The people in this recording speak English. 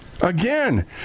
Again